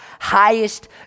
highest